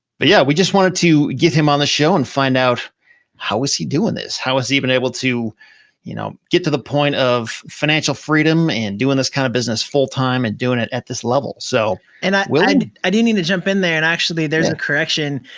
but, yeah, we just wanted to get him on the show and find out how is he doing this? how has he been able to you know get to the point of financial freedom and doing this kind of business full-time, and doing it at this level, so. and i, i do need to jump in there, and actually there's a correction,